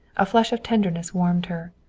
a flush of tenderness warmed her.